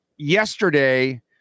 yesterday